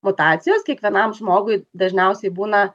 mutacijos kiekvienam žmogui dažniausiai būna